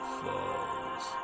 falls